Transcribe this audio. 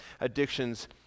addictions